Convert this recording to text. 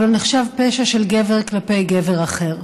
אבל נחשב פשע של גבר כלפי גבר אחר.